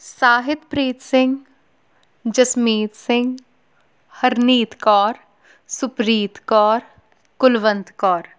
Sahibpreet Singh Jasmeet Singh Harneet Kaur Supreet Kaur Kulwant Kaur